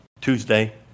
Tuesday